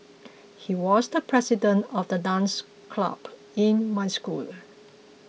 he was the president of the dance club in my school